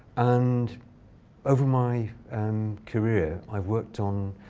and over my um career, i've worked on